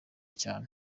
cyane